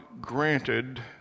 granted